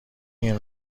این